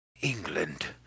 England